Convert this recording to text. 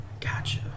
Gotcha